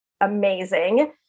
amazing